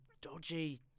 dodgy